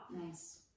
Nice